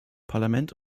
parlament